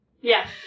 Yes